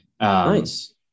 nice